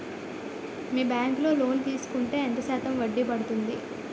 మీ bank లో loan తీసుకుంటే ఎంత శాతం వడ్డీ పడ్తుంది?